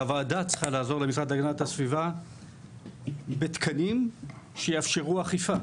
והוועדה צריכה לעזור למשרד להגנת הסביבה בתקנים שיאפשרו אכיפה.